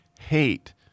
hate